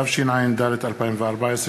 התשע"ד 2014,